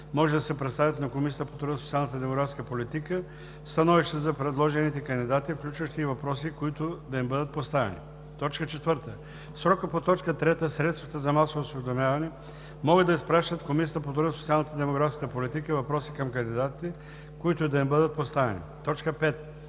може да представят на Комисията по труда, социалната и демографската политика становища за предложените кандидати, включващи и въпроси, които да им бъдат поставени. 4. В срока по т. 3 средствата за масово осведомяване могат да изпращат в Комисията по труда, социалната и демографската политика въпроси към кандидатите, които да им бъдат поставени. 5.